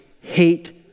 hate